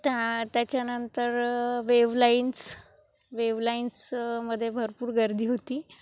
त्या त्याच्यानंतर wave lines wave लाइन्समध्ये भरपूर गर्दी होती